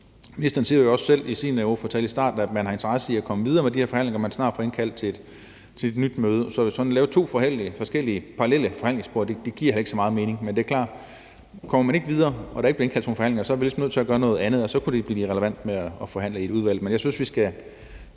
Ministeren siger jo også selv i sin tale i starten, at man har interesse i at komme videre med de her forhandlinger, og at man snart vil indkalde til et nyt møde. Så sådan at lave to parallelle, forskellige forhandlingspor giver ikke så meget mening. Men det er klart, at hvis man ikke kommer videre og der ikke bliver indkaldt til nogle forhandlinger, er vi næsten nødt til at gøre noget andet, og så kunne det blive relevant med at forhandle i et udvalg. Men jeg synes, vi skal